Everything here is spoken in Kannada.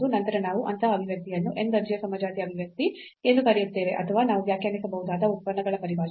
ನಂತರ ನಾವು ಅಂತಹ ಅಭಿವ್ಯಕ್ತಿಯನ್ನು n ದರ್ಜೆಯ ಸಮಜಾತೀಯ ಅಭಿವ್ಯಕ್ತಿ ಎಂದು ಕರೆಯುತ್ತೇವೆ ಅಥವಾ ನಾವು ವ್ಯಾಖ್ಯಾನಿಸಬಹುದಾದ ಉತ್ಪನ್ನಗಳ ಪರಿಭಾಷೆಯಲ್ಲಿ